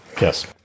Yes